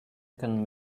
can